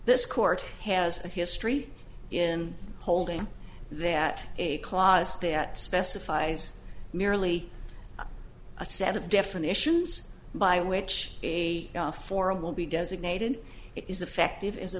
this court has a history in holding that a clause that specifies merely a set of definitions by which a forum will be designated is effective is a